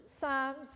Psalms